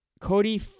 Cody